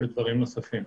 ודברים נוספים.